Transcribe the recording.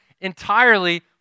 entirely